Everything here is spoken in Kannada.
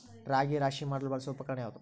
ರಾಗಿ ರಾಶಿ ಮಾಡಲು ಬಳಸುವ ಉಪಕರಣ ಯಾವುದು?